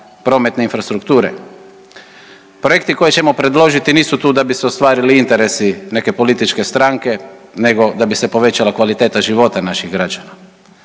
prometne infrastrukture. Projekti koje ćemo predložiti nisu tu da bi se ostvarili interesi neke političke stranke nego da bi se povećala kvaliteta života naših građana.